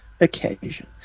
occasion